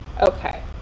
okay